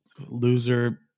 loser